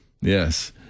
Yes